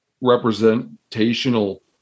representational